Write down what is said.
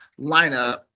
lineup